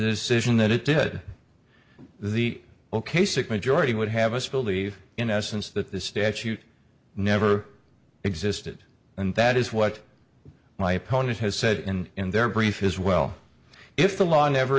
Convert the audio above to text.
and that it did the ok sic majority would have us believe in essence that the statute never existed and that is what my opponent has said in in their brief is well if the law never